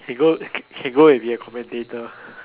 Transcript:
he go can go and be a commentator